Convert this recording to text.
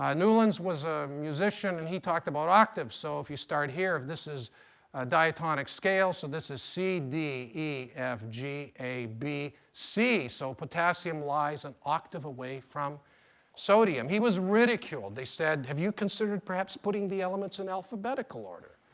ah newlands was a musician and he talked about octaves. so if you start here, if this is a diatonic scale, so this is c, d, e, f, g, a, b, c. so potassium lies an octave away from sodium. he was ridiculed. they said, have you considered perhaps putting the elements in alphabetical order?